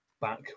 back